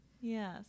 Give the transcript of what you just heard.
Yes